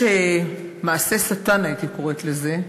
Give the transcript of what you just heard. מעשה שטן, הייתי קוראת לזה: